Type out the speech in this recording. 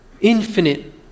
infinite